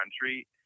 country